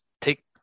take